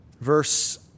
verse